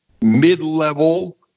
mid-level